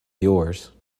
yours